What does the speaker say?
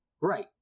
Right